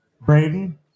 Braden